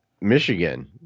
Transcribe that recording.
michigan